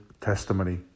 testimony